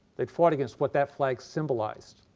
they fought against what that flag symbolized.